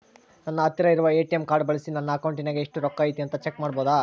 ನನ್ನ ಹತ್ತಿರ ಇರುವ ಎ.ಟಿ.ಎಂ ಕಾರ್ಡ್ ಬಳಿಸಿ ನನ್ನ ಅಕೌಂಟಿನಾಗ ಎಷ್ಟು ರೊಕ್ಕ ಐತಿ ಅಂತಾ ಚೆಕ್ ಮಾಡಬಹುದಾ?